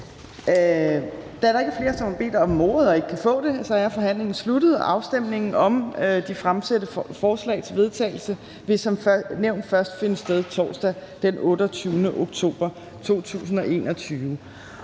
Da der ikke er flere, som har bedt om ordet og ikke kan få det, er forhandlingen sluttet. Afstemningen om de fremsatte forslag til vedtagelse vil som nævnt først finde sted torsdag den 28. oktober 2021.